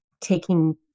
taking